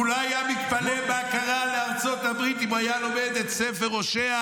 הוא לא היה מתפלא מה קרה לארצות הברית אם הוא היה לומד את ספר הושע,